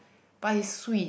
but is sweet